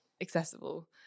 accessible